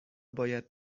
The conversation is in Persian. باید